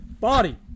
body